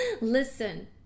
Listen